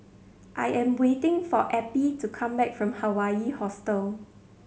I am waiting for Eppie to come back from Hawaii Hostel